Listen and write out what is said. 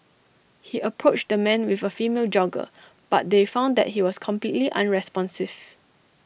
he approached the man with A female jogger but they found that he was completely unresponsive